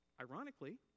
Ironically